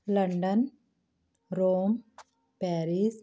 London Rome Paris